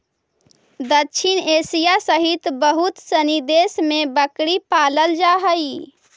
दक्षिण एशिया सहित बहुत सनी देश में बकरी पालल जा हइ